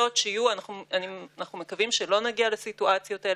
יכולים לנחש שהוא עלה למוסדות לא מעט כסף,